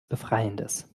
befreiendes